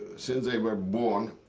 since they were born.